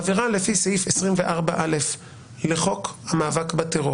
עבירה לפי סעיף 24א' לחוק המאבק בטרור,